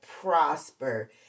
prosper